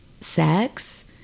sex